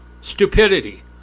Stupidity